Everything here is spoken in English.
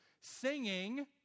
singing